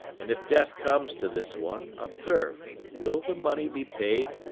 and if death comes to this one, observe, will the money be paid?